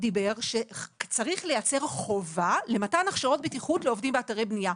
אמר שצריך לייצר חובה למתן הרשאות בטיחות לעובדים באתרי בנייה.